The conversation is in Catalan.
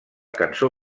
cançó